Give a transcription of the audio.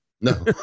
No